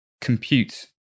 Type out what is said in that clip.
compute